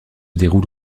déroule